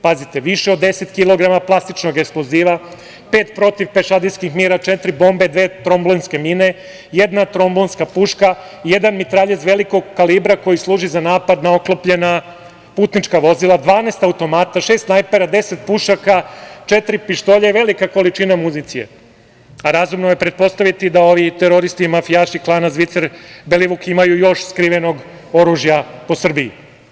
Pazite, više od 10 kilograma plastičnog eksploziva, pet protivpešadijskih mina, četiri bombe, dve tromblemske mine, jedan tromblonska puška, jedan mitraljez velikog kalibra koji služi za napad na oklopna putnička vozila, 12 automata, šest snajpera, 10 pušaka, četiri pištolja i velika količina municije, a razumno je pretpostaviti da ovi teroristi i mafijaši klana Zvicer-Belivuk imaju još skrivenog oružja po Srbiji.